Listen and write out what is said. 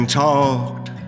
talked